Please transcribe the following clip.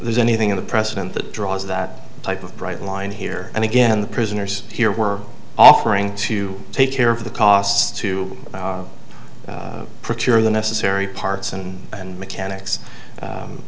there's anything in the precedent that draws that type of bright line here and again the prisoners here were offering to take care of the costs to procure the necessary parts and and mechanics